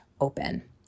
open